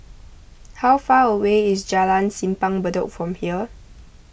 how far away is Jalan Simpang Bedok from here